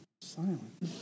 silent